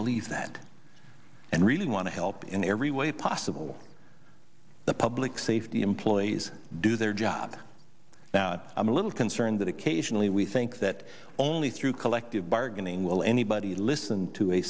believe that and really want to help in every way possible the public safety employees do their job that i'm a little concerned that occasionally we think that only through collective bargaining will anybody listen to a